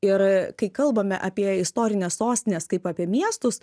ir kai kalbame apie istorines sostines kaip apie miestus